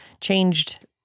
changed